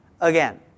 again